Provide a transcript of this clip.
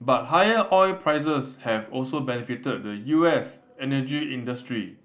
but higher oil prices have also benefited the U S energy industry